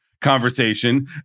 conversation